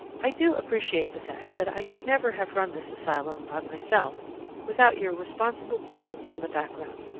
i do appreciate the fact that i could never have run this asylum by myself without your responsible presence in the background.